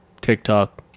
TikTok